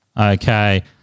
Okay